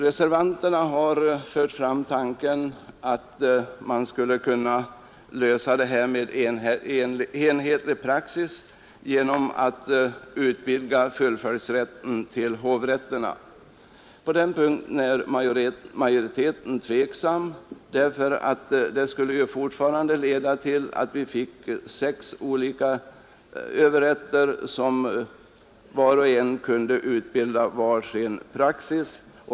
Reservanterna har fört fram tanken att man skulle lösa frågan om enhetlig praxis genom fullföljdsrätt till hovrätterna. På den punkten är utskottsmajoriteten tveksam, därför att det skulle fortfarande leda till att vi fick sex olika överrätter som kunde utbilda var sin praxis.